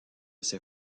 ses